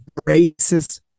racist